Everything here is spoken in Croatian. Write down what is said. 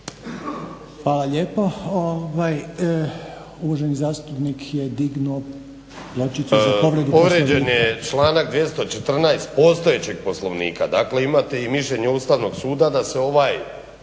Hvala lijepo. Uvaženi zastupnik je dignuo pločicu za povredu Poslovnika.